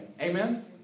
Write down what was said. amen